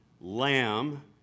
lamb